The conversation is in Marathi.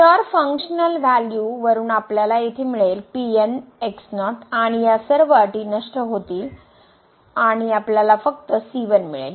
तर फंक्शनल व्हॅल्यू वरून आपल्याला येथे मिळेल आणि या सर्व अटी नष्ट होतील आणि आपल्याला फक्त c1 मिळेल